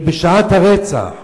ובשעת הרצח?